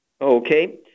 Okay